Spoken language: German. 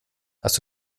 hast